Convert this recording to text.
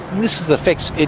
this is the effects,